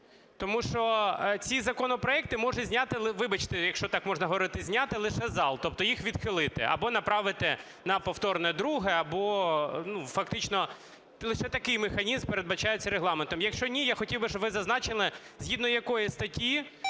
Тому що ці законопроекти може зняти (вибачте, якщо так можна говорити – зняти) лише зал, тобто їх відхилити або направити на повторне друге, або… Фактично лише такий механізм передбачається Регламентом. Якщо ні, я хотів би, щоб ви значили, згідно якої статті